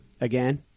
again